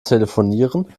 telefonieren